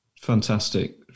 Fantastic